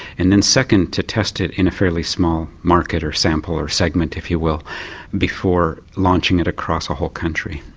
and then second to test it in a fairly small market, or sample, or segment if you will before launching it across a whole country.